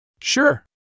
Sure